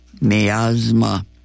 Miasma